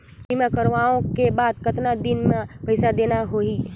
बीमा करवाओ के बाद कतना दिन मे पइसा देना हो ही?